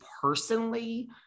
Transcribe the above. personally